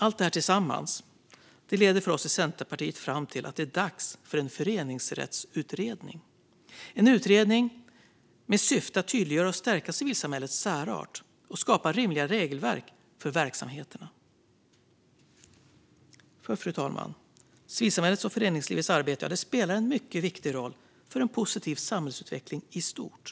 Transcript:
Allt detta sammantaget leder oss i Centerpartiet fram till att det är dags för en föreningsrättsutredning. Det skulle vara en utredning med syfte att tydliggöra och stärka civilsamhällets särart och skapa rimliga regelverk för verksamheterna. Fru talman! Civilsamhällets och föreningslivets arbete spelar en mycket viktig roll för en positiv samhällsutveckling i stort.